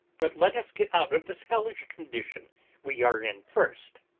but let us get out of this hellish condition we are in first.